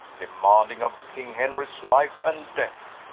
demanding of king henries life and death,